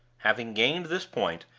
having gained this point,